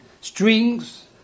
strings